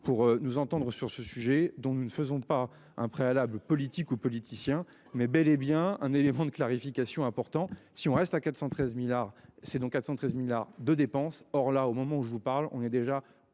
pour nous entendre sur ce sujet dont nous ne faisons pas un préalable, politiques ou politiciens mais bel et bien un élément de clarification important si on reste à 413 milliards. C'est donc à 113 milliards de dépenses, or là au moment où je vous parle on est déjà